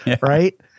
right